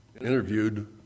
interviewed